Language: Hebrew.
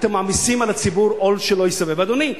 אתם מעמיסים על הציבור עול שלא ייסבל.